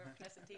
מרשים.